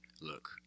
look